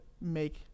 make